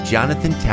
Jonathan